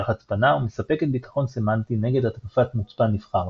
הצפנה ומספקת ביטחון סמנטי נגד התקפת מוצפן-נבחר